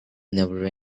never